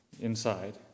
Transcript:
inside